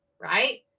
right